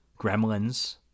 Gremlins